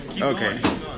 Okay